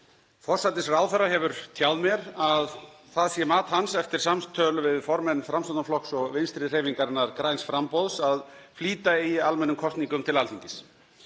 Forsætisráðherra hefur tjáð mér að það sé mat hans eftir samtöl við formenn Framsóknarflokks og Vinstrihreyfingarinnar – græns framboðs að flýta eigi almennum kosningum til Alþingis.